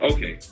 Okay